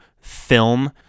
film